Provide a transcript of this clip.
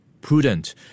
prudent